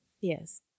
Yes